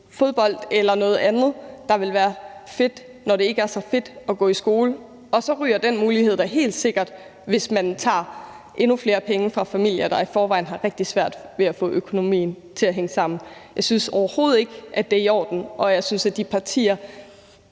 fodbold eller noget andet, der vil være fedt, når det ikke er så fedt at gå i skole, og så ryger den mulighed da helt sikkert, hvis man tager endnu flere penge fra familier, der i forvejen har rigtig svært ved at få økonomien til at hænge sammen. Jeg synes overhovedet ikke, at det er i orden, og jeg synes, at de partier,